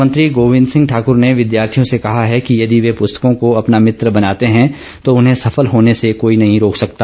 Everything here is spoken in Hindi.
वन मंत्री गोविन्द सिंह ठाकुर ने विद्यार्थियों से कहा है कि यदि वे पुस्तकों को अपना भित्र बनाते हैं तो उन्हें सफल होने से कोई नहीं रोक सकता